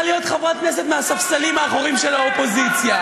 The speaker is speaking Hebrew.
להיות חברת כנסת מהספסלים האחוריים של האופוזיציה,